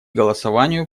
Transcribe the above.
голосованию